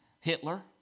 Hitler